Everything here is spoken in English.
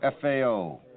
FAO